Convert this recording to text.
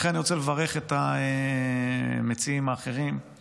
לכן אני רוצה לברך את המציעים האחרים על